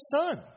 Son